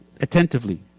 attentively